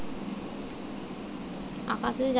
এক একাউন্টে দিনে কতবার টাকা পাঠানো যাবে?